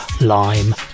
Lime